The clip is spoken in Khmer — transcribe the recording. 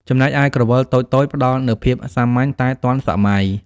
ចំណែកឯក្រវិលតូចៗ ផ្តល់នូវភាពសាមញ្ញតែទាន់សម័យ។